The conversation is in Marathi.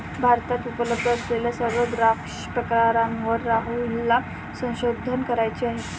भारतात उपलब्ध असलेल्या सर्व द्राक्ष प्रकारांवर राहुलला संशोधन करायचे आहे